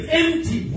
empty